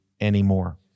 anymore